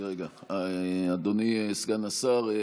רגע, רגע, אדוני סגן השר.